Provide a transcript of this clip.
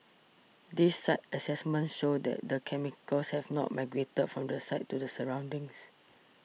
these site assessments show that the chemicals have not migrated from the site to the surroundings